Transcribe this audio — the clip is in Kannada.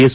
ಎಸ್